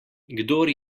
kdor